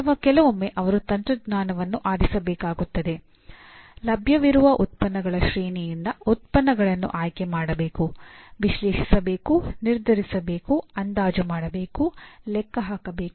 ಅಥವಾ ಕೆಲವೊಮ್ಮೆ ಅವರು ತಂತ್ರಜ್ಞಾನವನ್ನು ಆರಿಸಬೇಕಾಗುತ್ತದೆ ಲಭ್ಯವಿರುವ ಉತ್ಪನ್ನಗಳ ಶ್ರೇಣಿಯಿಂದ ಉತ್ಪನ್ನಗಳನ್ನು ಆಯ್ಕೆ ಮಾಡಬೇಕು ವಿಶ್ಲೇಷಿಸಬೇಕು ನಿರ್ಧರಿಸಬೇಕು ಅಂದಾಜು ಮಾಡಬೇಕು ಲೆಕ್ಕ ಹಾಕಬೇಕು